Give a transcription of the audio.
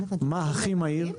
מה הכי מהיר,